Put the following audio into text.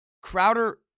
Crowder